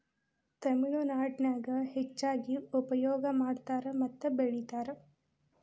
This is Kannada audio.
ತಮಿಳನಾಡಿನ್ಯಾಗ ಹೆಚ್ಚಾಗಿ ಉಪಯೋಗ ಮಾಡತಾರ ಮತ್ತ ಬೆಳಿತಾರ